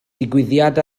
digwyddiad